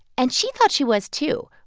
and she thought she was, too.